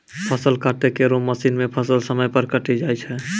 फसल काटै केरो मसीन सें फसल समय पर कटी जाय छै